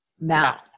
mouth